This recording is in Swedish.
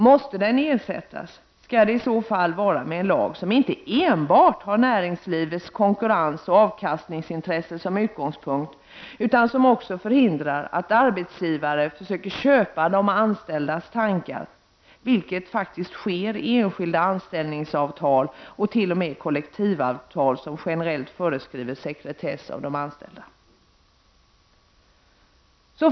Måste den ersättas, skall det i så fall vara med en lag som inte enbart har näringslivets konkurrens och avkastningsintresse som utgångspunkt. Lagen skall också förhindra att arbetsgivare försöker köpa de anställdas tankar — vilket faktiskt sker i enskilda anställningsavtal och t.o.m. i kollektivavtal som generellt föreskriver sekretess av de anställda.